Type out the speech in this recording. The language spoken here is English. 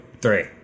three